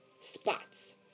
spots